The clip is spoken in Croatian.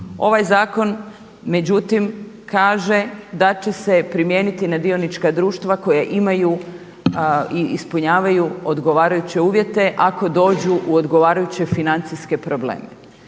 Ovaj zakon međutim kaže da će se primijeniti na dionička društva koja imaju i ispunjavaju odgovarajuće uvjete ako dođu u odgovarajuće financijske probleme.